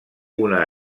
una